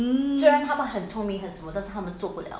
mmhmm